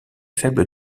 faible